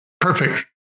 perfect